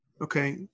okay